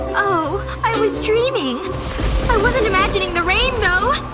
oh. i was dreaming. i wasn't imagining the rain, though!